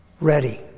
ready